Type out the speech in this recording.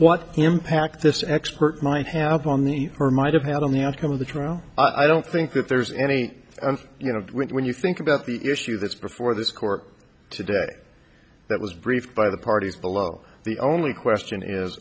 what impact this expert might have on the or might have had on the outcome of the trial i don't think that there's any you know when you think about the issue that's before this court today that was briefed by the parties below the only question is